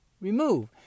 remove